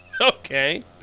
Okay